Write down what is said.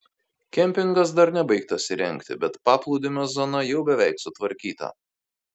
kempingas dar nebaigtas įrengti bet paplūdimio zona jau beveik sutvarkyta